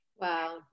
Wow